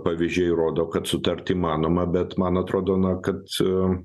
pavyzdžiai rodo kad sutarti įmanoma bet man atrodo kad